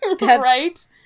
Right